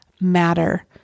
matter